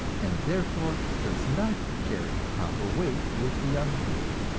and therefore does not carry proper weight with the young people.